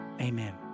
amen